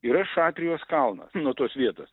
yra šatrijos kalnas nuo tos vietos